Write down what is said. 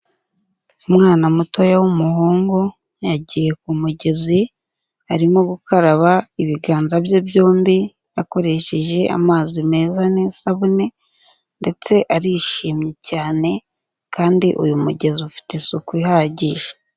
Umwana mutoya w'umuhungu yagiye ku mugezi arimo gukaraba ibiganza bye byombi akoresheje amazi meza n'isabune ndetse arishimye cyane kandi uyu mugezi ufite isuku ihagije.